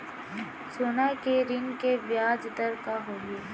सोना के ऋण के ब्याज दर का होही?